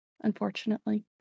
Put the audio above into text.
Unfortunately